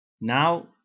Now